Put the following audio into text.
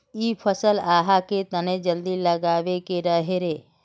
इ फसल आहाँ के तने जल्दी लागबे के रहे रे?